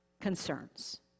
concerns